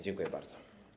Dziękuję bardzo.